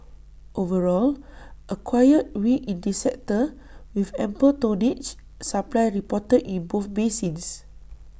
overall A quiet week in this sector with ample tonnage supply reported in both basins